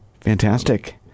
Fantastic